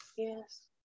Yes